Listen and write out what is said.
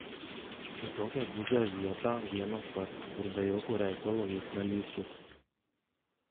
į tokią gūdžią vietą vienas pats ir be jokio reikalo jis nelįstų